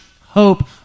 hope